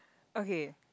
okay